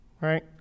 right